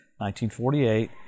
1948